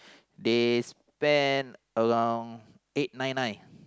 they spend around eight nine nine